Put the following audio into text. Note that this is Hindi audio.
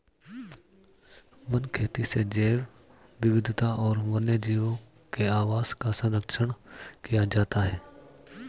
वन खेती से जैव विविधता और वन्यजीवों के आवास का सरंक्षण किया जाता है